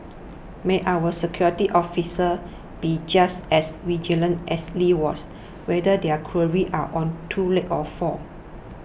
may our security officers be just as vigilant as Lee was whether their quarries are on two legs or four